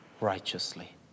righteously